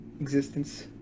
existence